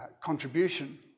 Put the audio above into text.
contribution